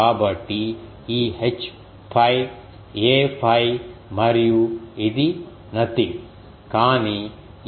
కాబట్టి ఈ H 𝝓 a 𝜙 మరియు ఇది నథింగ్ కానీ Eθ eta నాట్